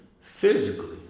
physically